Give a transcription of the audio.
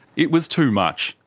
it was too much,